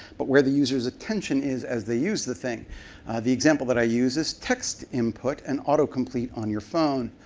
but where the user's attention is as they use the thing of the example that i use is text input and auto complete on your phone.